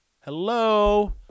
Hello